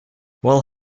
while